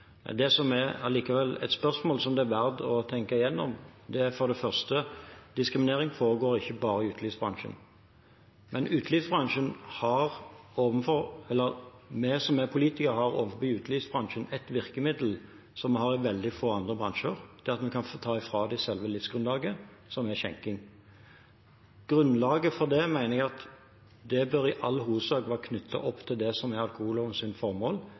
Det som allikevel er et spørsmål som det er verdt å tenke igjennom, er at diskriminering foregår ikke bare i utelivsbransjen, men vi som er politikere, har overfor utelivsbransjen et virkemiddel som vi har overfor veldig få andre bransjer, det at vi kan ta fra dem selve livsgrunnlaget, som er skjenking. Grunnlaget for det mener jeg i all hovedsak burde være knyttet opp til det som er alkohollovens formål,